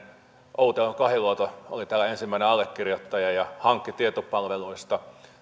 outi alanko kahiluoto oli täällä ensimmäinen allekirjoittaja ja hankki tietopalvelusta